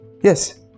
Yes